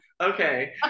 okay